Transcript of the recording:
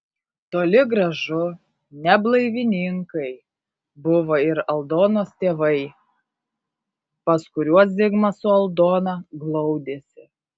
toli gražu ne blaivininkai buvo ir aldonos tėvai pas kuriuos zigmas su aldona glaudėsi